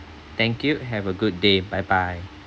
thank you have a good day bye bye